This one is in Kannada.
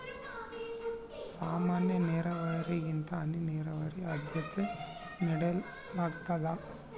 ಸಾಮಾನ್ಯ ನೇರಾವರಿಗಿಂತ ಹನಿ ನೇರಾವರಿಗೆ ಆದ್ಯತೆ ನೇಡಲಾಗ್ತದ